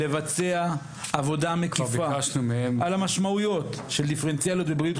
לבצע עבודה מקיפה על המשמעויות של דיפרנציאליות בבריאות,